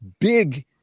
big